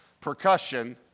percussion